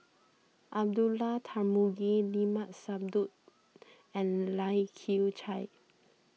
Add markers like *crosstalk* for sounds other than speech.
Abdullah Tarmugi Limat Sabtu *noise* and Lai Kew Chai